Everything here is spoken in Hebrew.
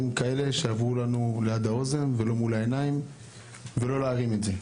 כאלה שיעברו לנו ליד האוזן ולא מול העיניים ולא להרים את זה.